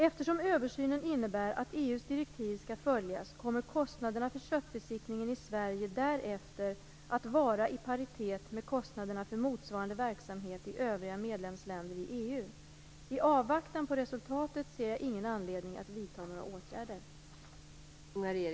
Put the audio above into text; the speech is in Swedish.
Eftersom översynen innebär att EU:s direktiv skall följas kommer kostnaderna för köttbesiktningen i Sverige därefter att vara i paritet med kostnaderna för motsvarande verksamhet i övriga medlemsländer i EU. I avvaktan på resultatet ser jag ingen anledning att vidta några åtgärder.